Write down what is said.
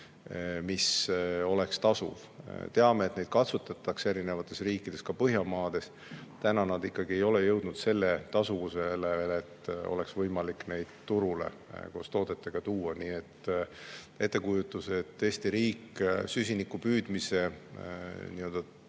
mis oleks tasuv. Teame, et neid katsetatakse eri riikides, ka Põhjamaades. Täna nad ikkagi ei ole jõudnud selle tasuvuseni, et oleks võimalik neid koos toodetega turule tuua. Ettekujutus, et Eesti riik süsiniku püüdmiseks